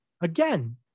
again